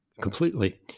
completely